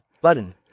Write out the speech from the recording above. button